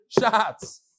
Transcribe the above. shots